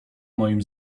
moim